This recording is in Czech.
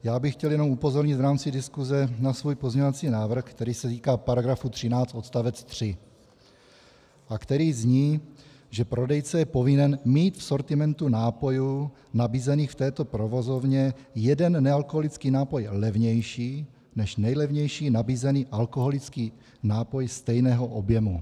Já bych chtěl jenom upozornit v rámci diskuse na svůj pozměňovací návrh, který se týká § 13 odst. 3 a který zní, že prodejce je povinen mít v sortimentu nápojů nabízených v této provozovně jeden nealkoholický nápoj levnější než nejlevnější nabízený alkoholický nápoj stejného objemu.